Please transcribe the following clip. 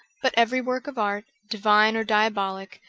but every work of art, divine or diabolic,